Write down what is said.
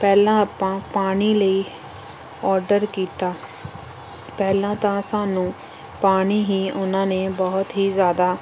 ਪਹਿਲਾਂ ਆਪਾਂ ਪਾਣੀ ਲਈ ਓਡਰ ਕੀਤਾ ਪਹਿਲਾਂ ਤਾਂ ਸਾਨੂੰ ਪਾਣੀ ਹੀ ਉਹਨਾਂ ਨੇ ਬਹੁਤ ਹੀ ਜ਼ਿਆਦਾ